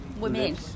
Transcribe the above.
Women